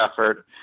effort